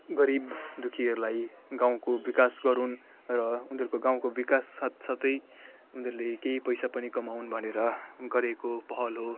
गरिब दुःखीहरूलाई गाउँको विकास गरून् र उनीहरूको गाउँको विकास साथसाथै उनीहरूले केही पैसा पनि कमाउन् भनेर गरेको पहल हो